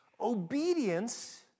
Obedience